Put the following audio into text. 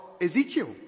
Ezekiel